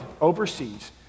overseas